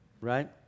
Right